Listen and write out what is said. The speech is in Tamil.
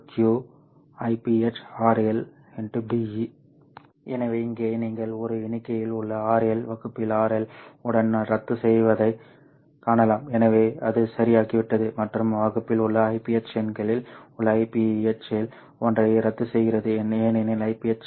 Be எனவே இங்கே நீங்கள் ஒரு எண்ணிக்கையில் உள்ள RL வகுப்பில் RL உடன் ரத்து செய்யப்படுவதைக் காணலாம் எனவே அது சரியாகிவிட்டது மற்றும் வகுப்பில் உள்ள Iph எண்களில் உள்ள Iph ல் ஒன்றை ரத்துசெய்கிறது ஏனெனில் Iph RP